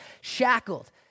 shackled